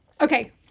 Okay